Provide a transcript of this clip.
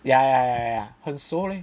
ya ya ya ya eh 很搜 eh